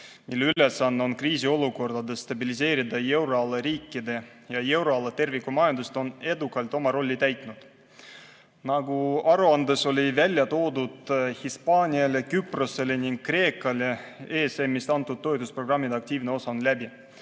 mille ülesanne on kriisiolukordades stabiliseerida euroala riikide ja euroala terviku majandust, on edukalt oma rolli täitnud. Nagu aruandes välja toodi, on Hispaaniale, Küprosele ja Kreekale ESM-ist antud toetusprogrammide aktiivne osa läbi